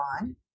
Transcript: on